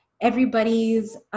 everybody's